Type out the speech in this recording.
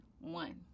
One